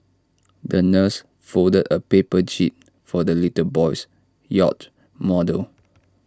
the nurse folded A paper jib for the little boy's yacht model